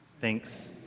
Thanks